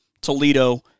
Toledo